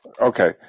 okay